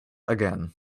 again